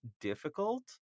difficult